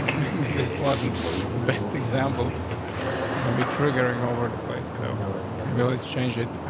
maybe this wasn't the best example, because it's gonna be triggering over the place. so maybe let's change it.